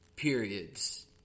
Periods